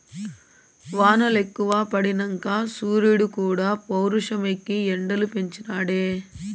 వానలెక్కువ పడినంక సూరీడుక్కూడా పౌరుషమెక్కి ఎండలు పెంచి నాడే